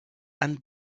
and